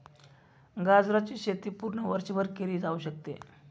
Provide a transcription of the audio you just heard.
गाजराची शेती पूर्ण वर्षभर केली जाऊ शकते